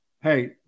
hey